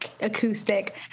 acoustic